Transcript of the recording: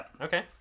okay